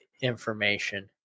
information